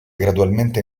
gradualmente